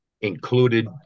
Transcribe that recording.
included